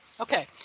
Okay